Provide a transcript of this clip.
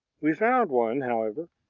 we found one, however,